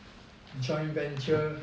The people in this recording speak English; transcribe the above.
joint venture